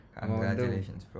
Congratulations